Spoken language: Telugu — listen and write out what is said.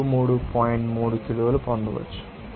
3 కిలోలు పొందవచ్చు